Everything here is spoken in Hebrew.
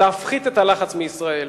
להפחית את הלחץ מישראל.